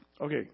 Okay